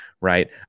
right